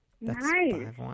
Nice